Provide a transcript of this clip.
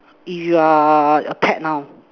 if you're a pet now